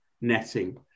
netting